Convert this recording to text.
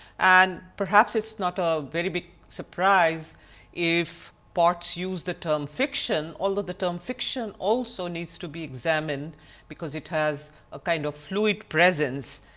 and perhaps, it is not a very big surprise if potts used the term fiction although the term fiction also needs to be examine because it has ah kind of fluid presence.